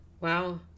Wow